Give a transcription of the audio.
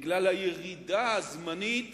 בגלל הירידה הזמנית